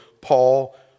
Paul